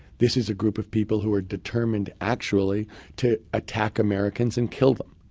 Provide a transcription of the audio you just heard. this is a group of people who are determined actually to attack americans and kill them.